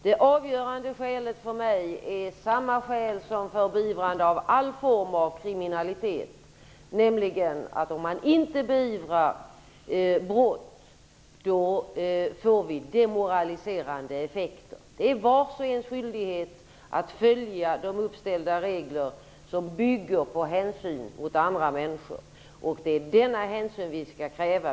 Det avgörande skälet för mig är samma skäl som för beivrande av all form av kriminalitet, nämligen att vi får demoraliserande effekter om vi inte beivrar brott. Det är vars och ens skyldighet att följa de uppställda regler som bygger på hänsyn till andra människor. Det är denna hänsyn vi skall kräva.